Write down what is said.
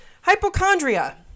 Hypochondria